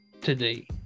today